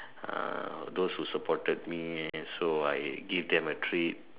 uh those who supported me so I gave them a treat